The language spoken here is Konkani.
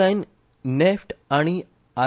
आयन नॅफ्ट आनी आर